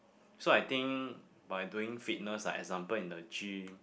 so I think by doing fitness like example in the gym